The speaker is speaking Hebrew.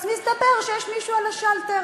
אז מסתבר שיש מישהו על השלטר.